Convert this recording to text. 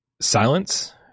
silence